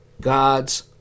God's